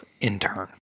intern